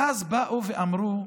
ואז באו ואמרו: